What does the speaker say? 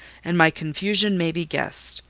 and my confusion may be guessed.